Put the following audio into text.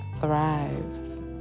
thrives